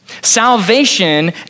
salvation